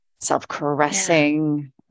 self-caressing